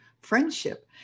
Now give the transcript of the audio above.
friendship